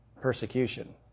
persecution